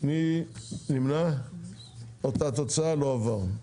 לא אושר אותה תוצאה, לא עבר.